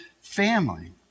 family